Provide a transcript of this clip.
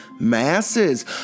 masses